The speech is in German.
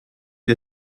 ihr